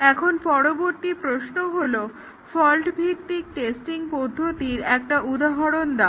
এখন পরবর্তী প্রশ্ন হলো ফল্ট ভিত্তিক টেস্টিং পদ্ধতির একটা উদাহরণ দাও